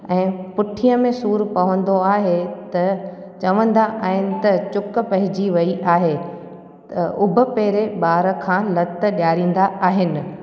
ऐं पुठीअ में सूरु पवंदो आहे त चवंदा आहिनि त चुक पइजी वई आहे त उब पहिरियों ॿार खां लत ॾेआरिंदा आहिनि